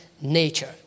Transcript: nature